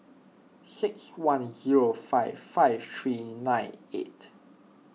six one zero five five three nine eight